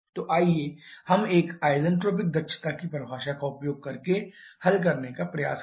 तो आइए हम इसे आइसेंट्रोपिक दक्षता की परिभाषा का उपयोग करके हल करने का प्रयास करें